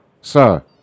sir